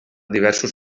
diversos